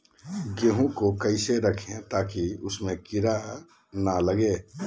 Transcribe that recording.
गेंहू को कैसे रखे ताकि उसमे कीड़ा महिना लगे?